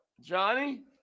Johnny